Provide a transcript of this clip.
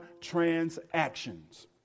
transactions